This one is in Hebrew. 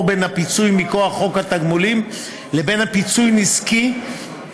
בין הפיצוי מכוח התגמולים לבין פיצוי נזיקי,